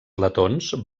letons